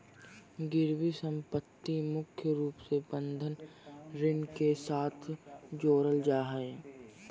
गिरबी सम्पत्ति मुख्य रूप से बंधक ऋण के साथ जोडल जा हय